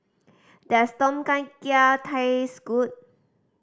does Tom Kha Gai taste good